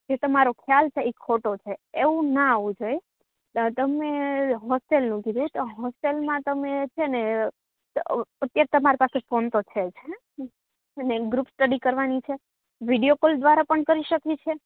જે તમારો ખ્યાલ છે એ ખોટો છે એવું ના હોવું જોઈએ તમે હોસ્ટેલનું કીધું તો તો હોસ્ટેલમાં તમે છે ને એક તમારે પાસે ફોન તો છે જ હેં ને અને ગ્રુપ સ્ટડી કરવાની છે વિડિયોકોલ દ્વારા પણ કરી શકીએ છીએ